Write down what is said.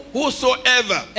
Whosoever